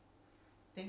ya